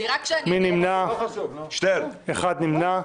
אחד נמנע.